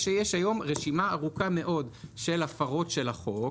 יש היום רשימה ארוכה מאוד של הפרות של החוק,